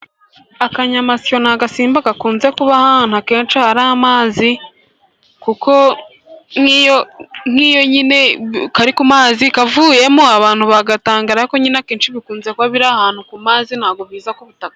Akanyamasyo ni agasimba gakunze kuba ahantu akenshi hari amazi, kuko nk'iyo nyine kari ku mazi kavuyemo abantu bagatangarira, ariko nyine akenshi bikunze kuba biri ahantu ku mazi, ntago biza ku butaka.